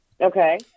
Okay